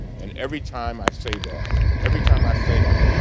and every time i say that, every time i say it,